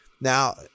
Now